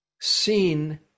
seen